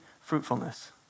fruitfulness